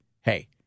Hey